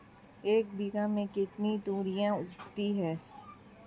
एक बीघा में कितनी तोरियां उगती हैं?